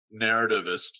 narrativist